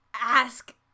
ask